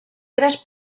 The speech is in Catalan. tres